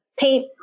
paint